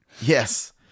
yes